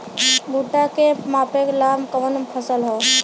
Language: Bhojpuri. भूट्टा के मापे ला कवन फसल ह?